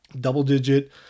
double-digit